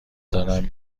دارم